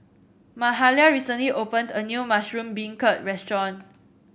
Mahalia recently opened a new Mushroom Beancurd restaurant